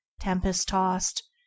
tempest-tossed